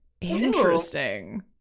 interesting